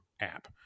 app